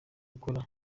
ukora